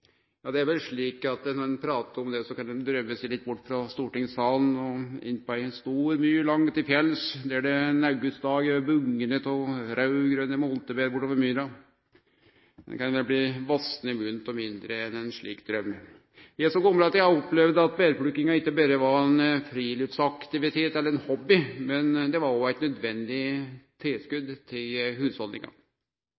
ein pratar om det, kan ein drøyme seg litt bort frå stortingssalen og inn på ei stor myr langt til fjells der det ein augustdag bognar av raudgrøne moltebær bortover myra. Ein kan bli vassen i munnen av mindre enn ein slik draum. Eg er så gammal at eg har opplevd at bærplukkinga ikkje berre var ein fritidsaktivitet eller ein hobby. Det var òg eit nødvendig tilskot